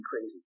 crazy